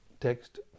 Text